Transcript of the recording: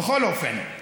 בכל אופן,